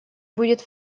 будет